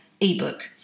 ebook